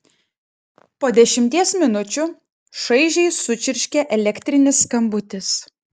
po dešimties minučių šaižiai sučirškė elektrinis skambutis